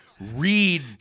read